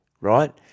right